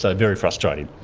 ah very frustrating.